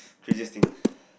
craziest thing